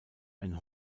ein